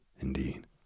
indeed